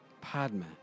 Padma